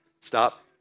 Stop